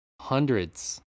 hundreds